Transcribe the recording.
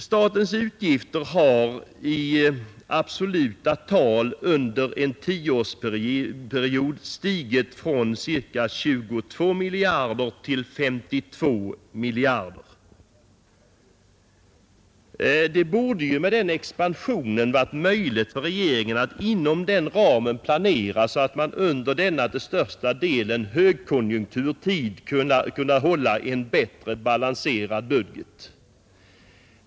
Statens utgifter har i absoluta tal under en tioårsperiod stigit från ca 22 miljarder till 52 miljarder kronor. Det borde med den expansionen ha varit möjligt för regeringen att inom denna ram planera så, att den under denna till största delen högkonjunkturbetonade tid kunnat hålla en bättre balanserad budget.